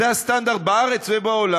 זה הסטנדרט בארץ ובעולם.